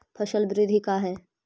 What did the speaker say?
फसल वृद्धि का है?